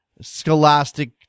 scholastic